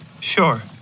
Sure